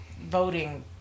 voting